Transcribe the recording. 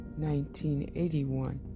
1981